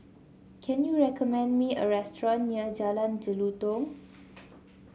can you recommend me a restaurant near Jalan Jelutong